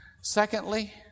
Secondly